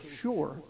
sure